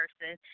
person